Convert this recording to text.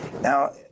Now